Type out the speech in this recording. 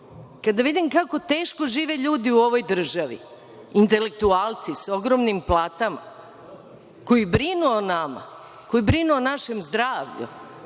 kada vidim kako teško žive ljudi u ovoj državi, intelektualci sa ogromnim platama koji brinu o nama, koji brinu o našem zdravlju,